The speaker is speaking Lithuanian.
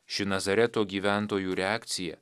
ši nazareto gyventojų reakcija